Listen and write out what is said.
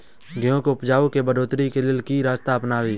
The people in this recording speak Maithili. गेंहूँ केँ उपजाउ केँ बढ़ोतरी केँ लेल केँ रास्ता अपनाबी?